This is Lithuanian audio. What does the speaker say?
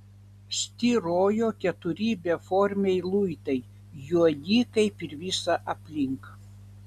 styrojo keturi beformiai luitai juodi kaip ir visa aplink